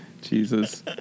Jesus